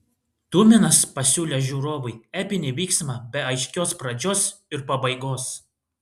tuminas pasiūlė žiūrovui epinį vyksmą be aiškios pradžios ir pabaigos